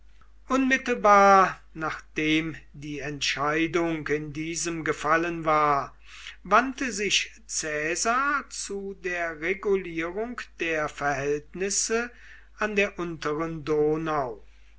unmittelbar nachdem die entscheidung in diesem gefallen war wandte sich caesar zu der regulierung der verhältnisse an der unteren donau